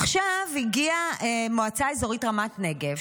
עכשיו הגיעה מועצה אזורית רמת הנגב,